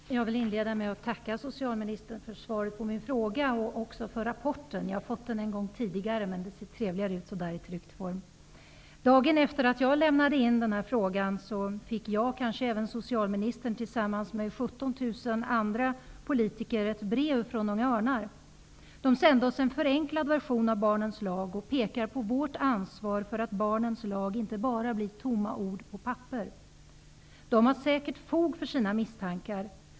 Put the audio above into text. Herr talman! Jag vill inleda med att tacka socialministern för svaret på min fråga och också för rapporten. Jag har fått ett exemplar en gång tidigare. Men det är trevligare att få en tryckt rapport. Dagen efter det att jag lämnade in min fråga fick jag, och kanske även socialministern, liksom 17 000 andra politiker ett brev från Unga örnar. Man har sänt oss en förenklad version av ''Barnens lag'' och pekar på vårt ansvar för att ''Barnens lag'' inte bara blir tomma ord på papper. Man har säkert fog för sina misstankar.